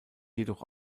jedoch